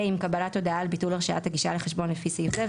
עם קבלת הודעה על ביטול הרשאת הגישה לחשבון לפי סעיף זה,